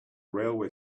railway